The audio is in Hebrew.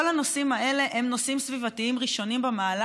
כל הנושאים האלה הם נושאים סביבתיים ראשונים במעלה